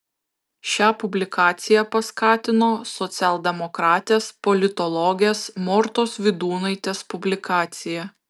šią publikaciją paskatino socialdemokratės politologės mortos vydūnaitės publikacija